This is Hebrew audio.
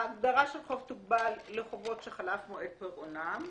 ההגדרה של חוב תוגבל לחובות שחלף מועד פירעונם,